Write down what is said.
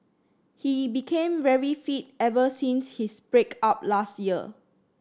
he became very fit ever since his break up last year